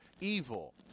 evil